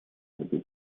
этой